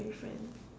imaginary friend